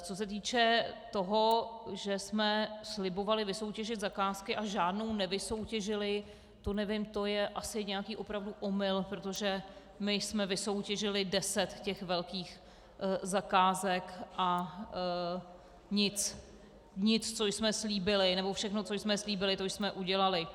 Co se týče toho, že jsme slibovali vysoutěžit zakázky a žádnou nevysoutěžili, nevím, to je asi nějaký opravdu omyl, protože my jsme vysoutěžili deset těch velkých zakázek a nic, nic co jsme slíbili, nebo všechno, co jsme slíbili, to jsme udělali.